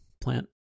plant